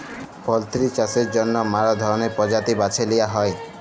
poultry চাষের সময় ম্যালা ধরলের পরজাতি বাছে লিঁয়া হ্যয়